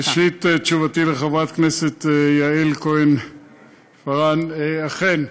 ראשית, תשובתי לחברת הכנסת יעל כהן-פארן: אכן,